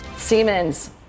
Siemens